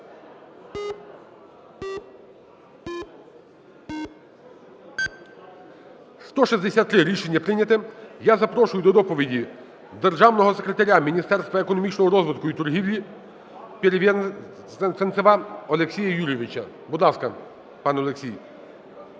За-163 Рішення прийняте. Я запрошую до доповіді державного секретаря Міністерства економічного розвитку і торгівліПеревезенцева Олексія Юрійовича. Будь ласка, пане Олексій.